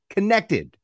Connected